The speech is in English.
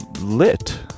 lit